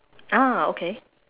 ah okay